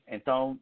Então